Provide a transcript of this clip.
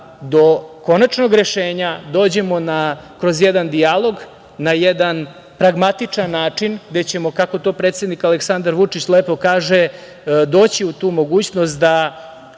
do konačnog rešenja dođemo kroz jedan dijalog, na jedan pragmatičan način, gde ćemo, kako to predsednik Aleksandar Vučić lepo kaže, doći u tu mogućnost da